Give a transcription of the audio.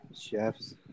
Chefs